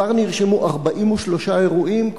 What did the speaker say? כבר נרשמו 43 אירועים,